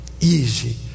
easy